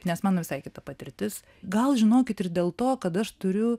nes mano visai kita patirtis gal žinokit ir dėl to kad aš turiu